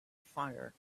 fire